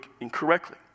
incorrectly